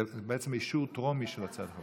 זה בעצם אישור טרומי של הצעת החוק.